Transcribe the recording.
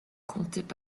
comptaient